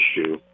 issue